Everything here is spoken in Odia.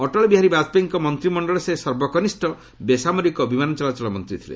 ଅଟଳ ବିହାରୀ ବାଜପେୟୀଙ୍କ ମନ୍ତିମଣ୍ଡଳରେ ସେ ସର୍ବକନିଷ୍ଠ ବେସାମରିକ ବିମାନ ଚଳାଚଳ ମନ୍ତ୍ରୀ ଥିଲେ